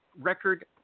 record